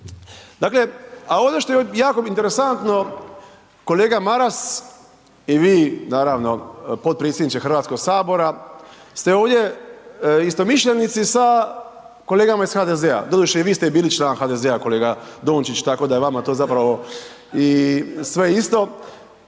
Dakle, a ono što je jako mi interesantno, kolega Maras, i vi naravno potpredsjedniče Hrvatskog sabora ste ovdje istomišljenici sa kolegama iz HDZ-a, doduše i vi ste bili član HDZ-a, kolega Dončić, tako da je vama to zapravo i sve isto,